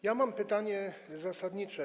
Ja mam pytanie zasadnicze.